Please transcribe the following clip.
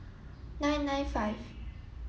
nine nine five